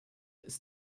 ist